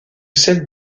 celle